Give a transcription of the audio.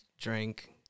drink